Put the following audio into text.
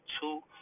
two